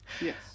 Yes